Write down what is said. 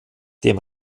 dem